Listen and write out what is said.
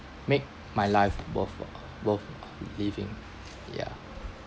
make my life worthwhile worth living yeah